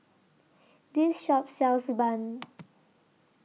This Shop sells Bun